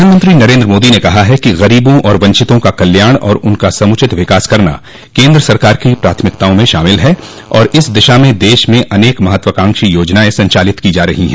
प्रधानमंत्री नरेन्द्र मोदी ने कहा है कि गरीबों और वंचितों का कल्याण और उनका समुचित विकास करना केन्द्र सरकार की प्राथमिकताओं में शामिल है और इस दिशा में दश में अनेक महत्वाकांक्षी योजनायें संचालित की जा रही है